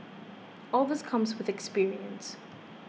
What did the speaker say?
all this comes with experience